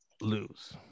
lose